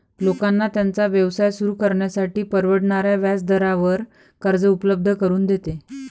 लोकांना त्यांचा व्यवसाय सुरू करण्यासाठी परवडणाऱ्या व्याजदरावर कर्ज उपलब्ध करून देते